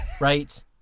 right